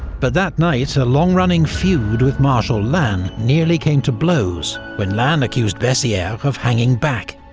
but that night, a long-running feud with marshal lannes nearly came to blows, when lannes accused bessieres of hanging back.